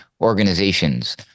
organizations